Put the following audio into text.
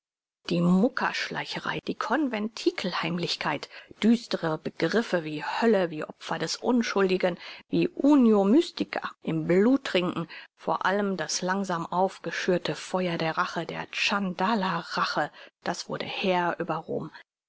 die mucker schleicherei die conventikel heimlichkeit düstere begriffe wie hölle wie opfer des unschuldigen wie unio mystica im bluttrinken vor allem das langsam aufgeschürte feuer der rache der tschandala rache das wurde herr über rom